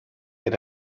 era